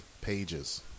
pages